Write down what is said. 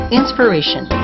inspiration